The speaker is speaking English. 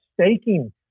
staking